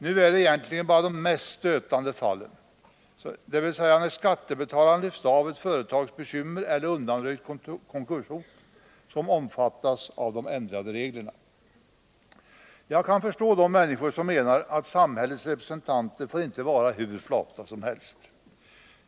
Nu är det egentligen bara de mest stötande fallen, dvs. sådana fall när skattebetalarna lyft av ett företags bekymmer eller undanröjt konkurshot, som omfattas av de ändrade reglerna. Jag kan förstå de människor som menar att samhällets representanter inte får vara hur flata som helst.